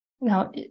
Now